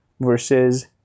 versus